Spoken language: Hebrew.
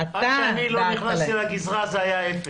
עד שאני לא נכנסתי לגזרה זה היה אפס.